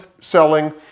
selling